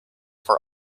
for